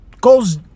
Goes